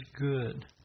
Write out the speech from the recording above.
good